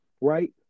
right